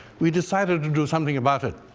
we decided to do something about it,